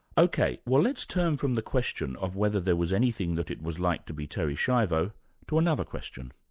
ok, well let's turn from the question of whether there was anything that it was like to be terri schiavo to another question.